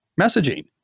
messaging